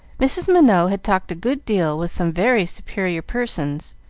mrs. minot had talked a good deal with some very superior persons,